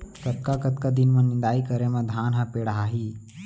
कतका कतका दिन म निदाई करे म धान ह पेड़ाही?